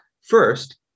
First